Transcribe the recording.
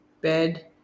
bed